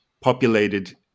populated